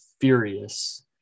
furious